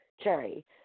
Cherry